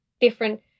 different